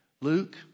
Luke